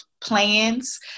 plans